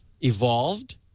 evolved